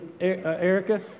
Erica